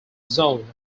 zone